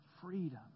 freedom